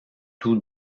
tout